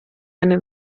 eine